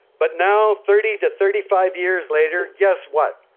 but now thirty to thirty five years later, guess what?